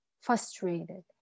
frustrated